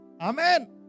Amen